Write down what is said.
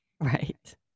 right